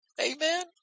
Amen